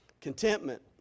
contentment